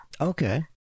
Okay